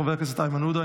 חבר הכנסת איימן עודה,